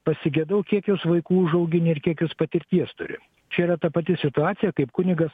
pasigedau kiek jos vaikų užauginę ir kiek jos patirties turi čia yra ta pati situacija kaip kunigas